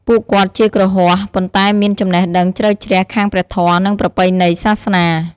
ពួកគាត់ជា គ្រហស្ថ ប៉ុន្តែមាន ចំណេះដឹងជ្រៅជ្រះខាងព្រះធម៌ និងប្រពៃណីសាសនា។